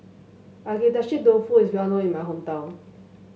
Agedashi Dofu is well known in my hometown